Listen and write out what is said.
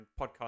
podcast